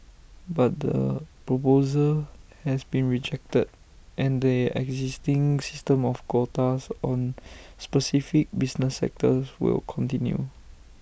but the proposal has been rejected and the existing system of quotas on specific business sectors will continue